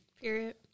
Period